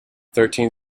thirteen